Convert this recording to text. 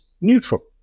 neutral